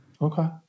Okay